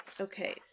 okay